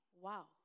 Wow